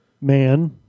Man